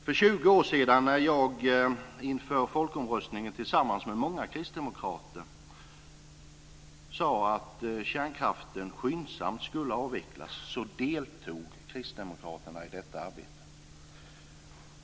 För 20 år sedan, när jag i arbetet inför folkomröstningen tillsammans med många kristdemokrater sade att kärnkraften skyndsamt skulle avvecklas, deltog kristdemokraterna i detta arbete.